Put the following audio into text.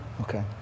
Okay